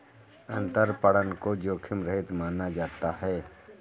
अंतरपणन को जोखिम रहित माना जाता है